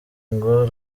ngo